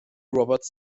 roberts